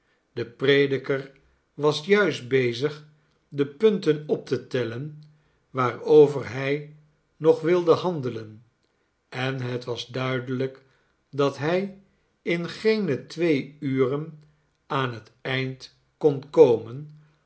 de prediker was juist bezig de punten op te tellen waarover hij nog wilde handelen en het was duidelijk dat hij in geene twee uren aan het eind kon komen